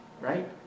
right